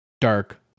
dark